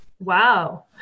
Wow